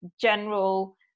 general